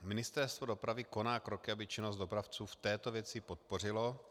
Ministerstvo dopravy koná kroky, aby činnost dopravců v této věci podpořilo.